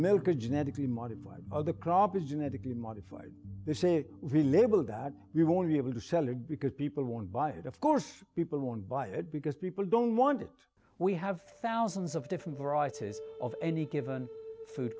a genetically modified other crop is genetically modified they say relabeled that we won't be able to sell it because people won't buy it of course people won't buy it because people don't want it we have thousands of different varieties of any given food